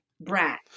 brat